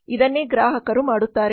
ಇದನ್ನೇ ಗ್ರಾಹಕರು ಮಾಡುತ್ತಾರೆ